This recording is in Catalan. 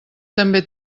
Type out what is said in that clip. també